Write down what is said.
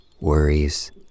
Worries